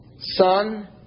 Son